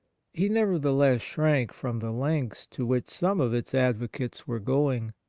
he, nevertheless, shrank from the lengths to which some of its advocates were going.